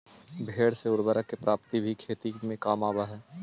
भेंड़ से उर्वरक की प्राप्ति भी खेती में काम आवअ हई